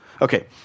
Okay